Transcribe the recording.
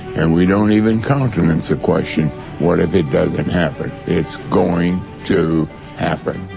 and we don't even countenance a question what if it doesn't happen. it's going to happen.